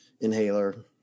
inhaler